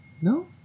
No